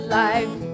life